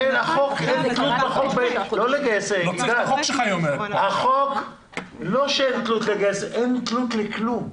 לא שאין תלות ביכולת לגייס מתחקרים אלא אין תלות בכלום.